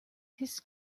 his